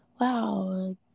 wow